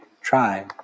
try